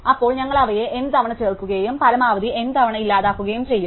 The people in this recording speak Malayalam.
അപ്പോൾ ഞങ്ങൾ അവയെ N തവണ ചേർക്കുകയും പരമാവധി N തവണ ഇല്ലാതാക്കുകയും ചെയ്യും